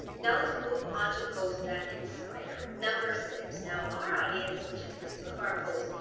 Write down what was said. now lets move onto posts that inspire. number six, now our audience which is, this is one of our posts,